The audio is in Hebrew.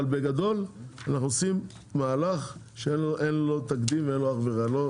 אבל בגדול אנחנו עושים מהלך שאין לו תקדים ואין לו אח ורע.